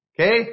okay